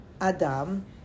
Adam